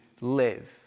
live